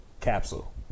capsule